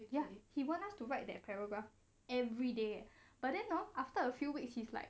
ya he want us to write that paragraph everyday but then hor after a few weeks he's like